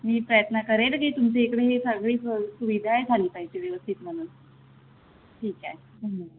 मी प्रयत्न करेल की तुमच्या इकडे ही सगळी सुविधा आहे झाली पाहिजे व्यवस्थित म्हणून ठीक आहे धन्यवाद